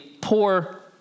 poor